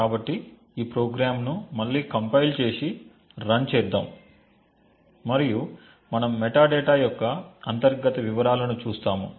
కాబట్టి ఈ ప్రోగ్రామ్ను మళ్ళీ కంపైల్ చేసి రన్ చేద్దాం మరియు మనం మెటాడేటా యొక్క అంతర్గత వివరాలను చూస్తాము